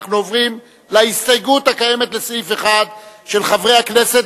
אנחנו עוברים להסתייגות הקיימת לסעיף 1 של חברי הכנסת,